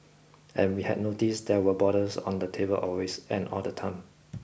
and we had noticed there were bottles on the table always and all the time